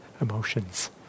emotions